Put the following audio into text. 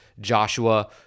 Joshua